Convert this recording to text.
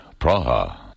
Praha